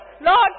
Lord